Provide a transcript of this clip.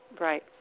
Right